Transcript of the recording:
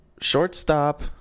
Shortstop